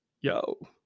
yo